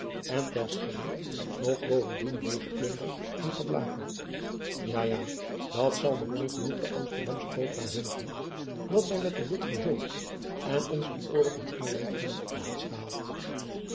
en ter schelling nog bovendien leêggeplunderd en geblakerd ja ja dat zal nog lang genoeg den amsterdamschen kooplui heugen dat zy met de witt geheuld en ons dien oorlog met engeland hebben op den hals gehaald